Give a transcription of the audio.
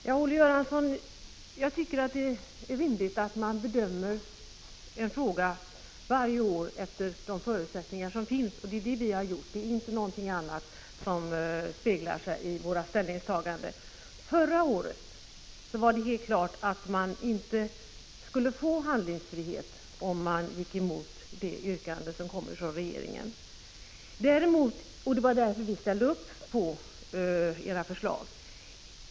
Herr talman! Jag tycker att det är rimligt, Olle Göransson, att man bedömer en fråga varje år efter de förutsättningar som finns. Det är det vi har gjort; det är inte något annat som avspeglar sig i våra ställningstaganden. Förra budgetåret var det helt klart att man inte skulle få handlingsfrihet, om man gick emot regeringens yrkande, och det var därför vi ställde upp på era förslag.